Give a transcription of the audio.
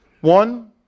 One